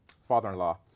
father-in-law